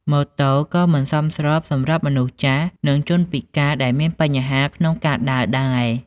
ម៉ូតូក៏មិនសមស្របសម្រាប់មនុស្សចាស់ និងជនពិការដែលមានបញ្ហាក្នុងការដើរដែរ។